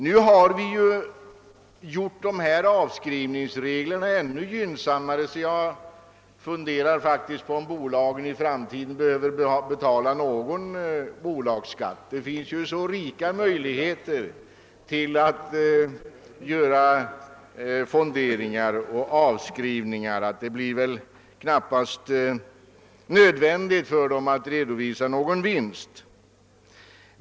Nu har vi gjort dessa avskrivningsregler ännu gynnsammare; jag undrar faktiskt om bolagen i framtiden skall behöva betala någon bo lagsskatt alls. De har också så rika möjligheter att göra fonderingar och avskrivningar att det knappast blir nödvändigt för dem att redovisa någon vinst.